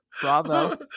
Bravo